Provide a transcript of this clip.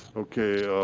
okay,